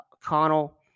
Connell